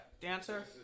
Dancer